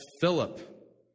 Philip